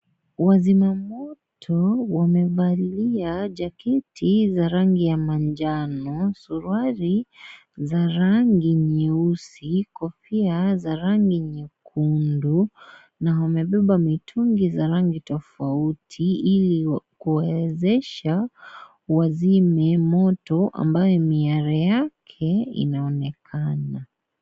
Wazima moto wamevalia jakiti za rangi ya manjano, suruali za rangi nyeusi, kofia za rangi nyekundu, na wamebeba mitungi za rangi tofauti, ili kuwawezesha wazime moto ambayo miale yake inaonekana.